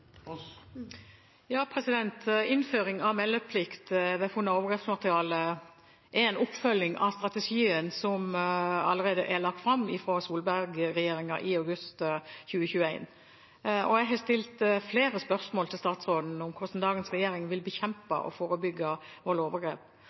Innføring av meldeplikt ved funn av overgrepsmateriale er en oppfølging av strategien som allerede ble lagt fram i august 2021 av Solberg-regjeringen. Jeg har stilt flere spørsmål til statsråden om hvordan dagens regjering vil bekjempe